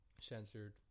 censored